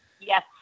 Yes